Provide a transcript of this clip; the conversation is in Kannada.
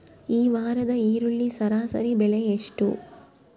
ಈ ವಾರದ ಈರುಳ್ಳಿ ಸರಾಸರಿ ಬೆಲೆ ಎಷ್ಟು?